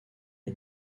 est